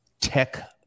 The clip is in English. tech